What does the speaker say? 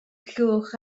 llwch